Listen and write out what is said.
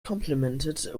complimented